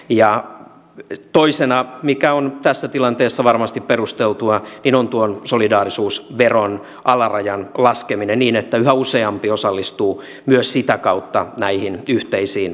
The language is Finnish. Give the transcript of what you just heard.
ja toisena mikä on tässä tilanteessa varmasti perusteltua on tuon solidaarisuusveron alarajan laskeminen niin että yhä useampi osallistuu myös sitä kautta näihin yhteisiin talkoisiin